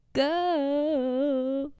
go